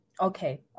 Okay